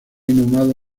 inhumados